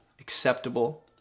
acceptable